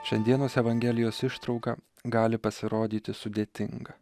šiandienos evangelijos ištrauka gali pasirodyti sudėtinga